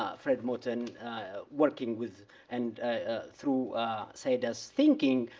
ah fred moten working with and through saidiya's thinking,